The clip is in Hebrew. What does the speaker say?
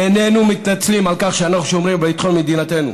איננו מתנצלים על כך שאנחנו שומרים על ביטחון מדינתנו.